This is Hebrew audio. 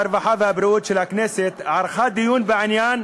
הרווחה והבריאות של הכנסת ערכה דיון בעניין,